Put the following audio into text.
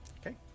okay